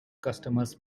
customers